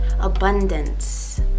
abundance